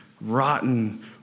rotten